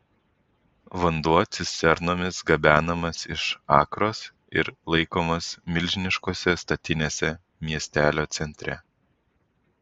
vanduo cisternomis gabenamas iš akros ir laikomas milžiniškose statinėse miestelio centre